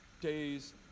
days